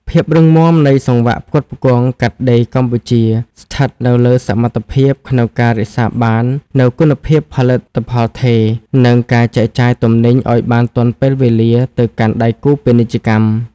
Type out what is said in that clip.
ភាពរឹងមាំនៃសង្វាក់ផ្គត់ផ្គង់កាត់ដេរកម្ពុជាស្ថិតនៅលើសមត្ថភាពក្នុងការរក្សាបាននូវគុណភាពផលិតផលថេរ និងការចែកចាយទំនិញឱ្យបានទាន់ពេលវេលាទៅកាន់ដៃគូពាណិជ្ជកម្ម។